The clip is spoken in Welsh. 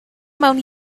mewn